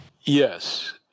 Yes